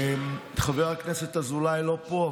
חבר הכנסת אזולאי לא פה,